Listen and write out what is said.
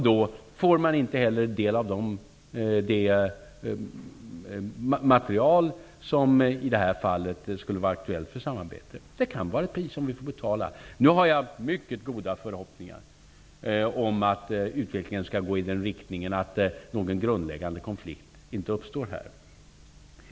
Då får man inte heller del av det material som i detta fall kan vara aktuellt. Det kan vara ett pris som vi får betala. Nu har jag mycket goda förhoppningar om att utvecklingen skall gå i den riktningen att någon grundläggande konflikt inte uppstår.